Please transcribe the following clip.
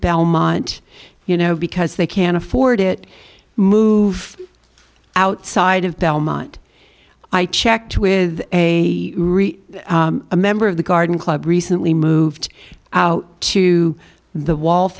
belmont you know because they can afford it move outside of belmont i checked with a member of the garden club recently moved out to the wall